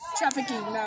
trafficking